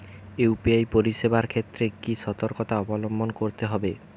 UPI পরিসেবার ক্ষেত্রে কি সতর্কতা অবলম্বন করতে হবে?